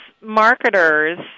marketers